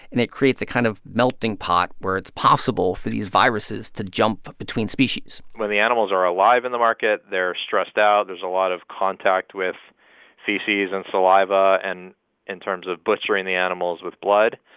and it creates a kind of melting pot where it's possible for these viruses to jump between species well, the animals are alive in the market. they're stressed out. there's a lot of contact with feces and saliva and in terms of butchering the animals with blood.